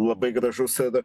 labai gražus tada